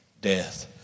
death